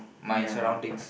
ya